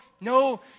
no